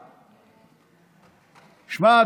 שמע,